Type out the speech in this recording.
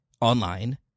online